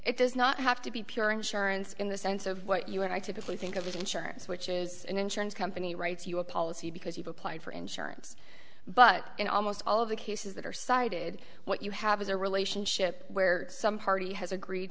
it does not have to be pure insurance in the sense of what you and i typically think of as insurance which is an insurance company writes you a policy because you've applied for insurance but in almost all of the cases that are cited what you have is a relationship where some party has agreed